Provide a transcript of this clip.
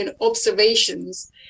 observations